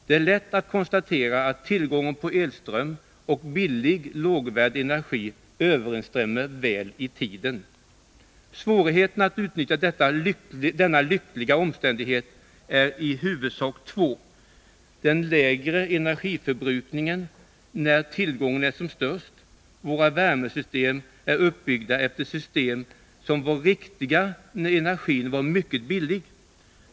Det är lätt att konstatera att tillgången på elström och billig lågvärd energi överensstämmer väl i tiden. Svårigheterna att utnyttja denna lyckliga omständighet är i huvudsak två: Den lägre energiförbrukningen när tillgången är som störst; Våra värmesystem är uppbyggda efter system som var riktiga när energin var billig.